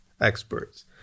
experts